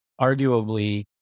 arguably